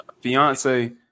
fiance